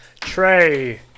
Trey